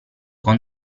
con